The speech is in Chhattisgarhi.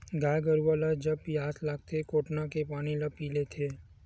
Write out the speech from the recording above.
गाय गरुवा ल जब पियास लागथे कोटना के पानी ल पीय लेथे